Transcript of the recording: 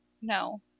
No